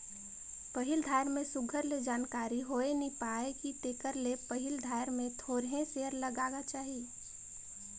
पहिल धाएर में सुग्घर ले जानकारी होए नी पाए कि तेकर ले पहिल धाएर में थोरहें सेयर लगागा चाही